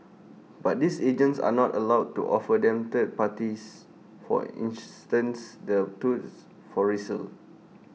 but these agents are not allowed to offer them third parties for instance the touts for resale